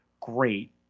great